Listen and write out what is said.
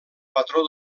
patró